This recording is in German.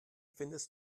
findest